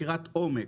חקירת עומק.